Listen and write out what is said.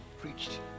preached